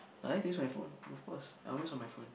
I like to use my phone of course I'm always on my phone